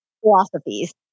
philosophies